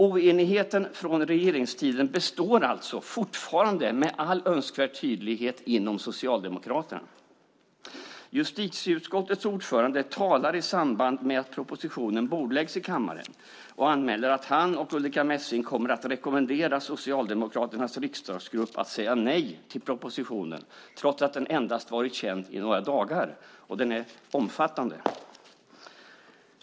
Oenigheten från regeringstiden består alltså fortfarande med all önskvärd tydlighet inom Socialdemokraterna. Justitieutskottets ordförande talar i samband med att propositionen bordläggs i kammaren och anmäler att han och Ulrika Messing kommer att rekommendera Socialdemokraternas riksdagsgrupp att säga nej till propositionen, trots att den varit känd endast i några dagar och är omfattande.